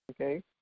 Okay